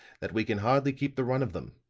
that we can hardly keep the run of them.